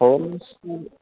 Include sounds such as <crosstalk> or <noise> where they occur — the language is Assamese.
<unintelligible>